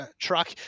truck